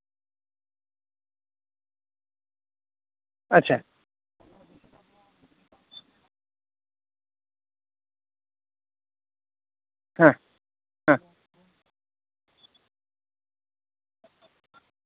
ᱟᱪᱪᱷᱟ ᱦᱮᱸ ᱦᱮᱸ